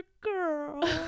girl